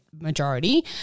majority